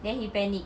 oh